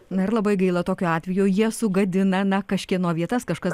na ir labai gaila tokiu atveju jie sugadina na kažkieno vietas kažkas